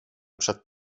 przed